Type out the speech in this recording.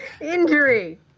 Injury